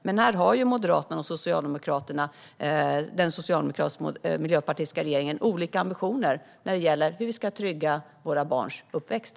Men här har Moderaterna och den socialdemokratiska och miljöpartistiska regeringen olika ambitio-ner när det gäller hur vi ska trygga våra barns uppväxt.